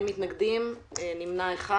אין נמנעים,